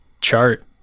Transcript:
chart